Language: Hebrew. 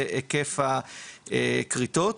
והיקף הכריתות.